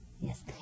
Yes